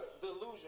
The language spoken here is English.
delusion